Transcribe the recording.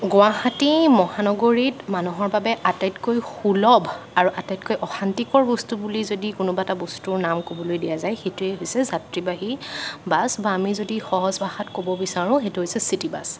গুৱাহাটী মহানগৰীত মানুহৰ বাবে আটাইতকৈ সুলভ আৰু আটাইতকৈ অশান্তিকৰ বস্তু বুলি যদি কোনোবাটা বস্তুৰ নাম ক'বলৈ দিয়া যায় সেইটোৱে হৈছে যাত্ৰীবাহী বাছ বা আমি যদি সহজ ভাষাত ক'ব বিচাৰোঁ সেইটো হৈছে চিটি বাছ